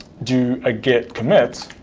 do a git commit.